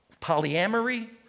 Polyamory